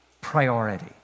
priority